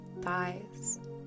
thighs